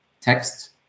text